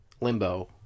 Limbo